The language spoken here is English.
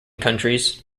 countries